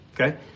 okay